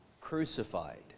Crucified